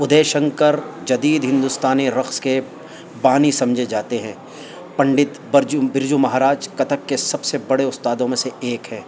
ادیشنکر جدید ہندوستانی رقص کے بانی سمجھے جاتے ہیں پنڈت برج برجو مہاراج کتھک کے سب سے بڑے استادوں میں سے ایک ہیں